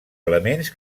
elements